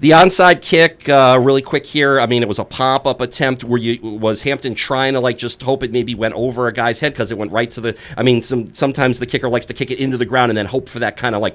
the onside kick really quick here i mean it was a pop up attempt were you was hampton trying to like just hoping maybe went over a guy's head because it went right to the i mean some sometimes the kicker likes to kick it into the ground and hope for that kind of like